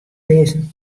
lizzen